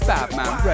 Batman